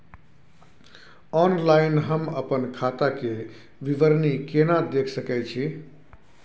Online हम अपन खाता के विवरणी केना देख सकै छी?